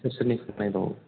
सोरसोरनिखौ नायबावो